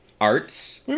Arts